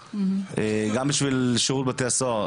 גם בשביל שירות בתי הסוהר,